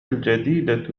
الجديدة